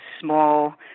small